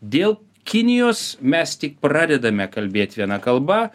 dėl kinijos mes tik pradedame kalbėt viena kalba